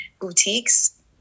boutiques